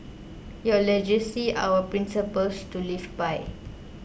your legacy our principles to live by